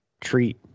treat